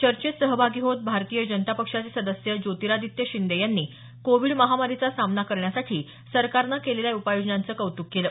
चर्चेत सहभागी होत भारतीय जनता पक्षाचे सदस्य ज्योतिरादित्य शिंदे यांनी कोविड महामारीचा सामना करण्यासाठी सरकारनं केलेल्या उपाययोजनांचं कौतुक केलं